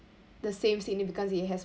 the same significance it has